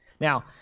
Now